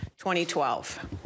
2012